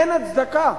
אין הצדקה,